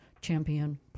champion